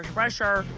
pressure.